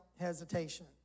hesitation